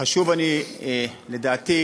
חשוב לדעתי